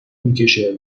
میکشه